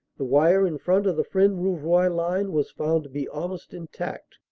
the vire in front of the fresnes-rouvroy line was found to be almost intact.